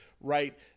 Right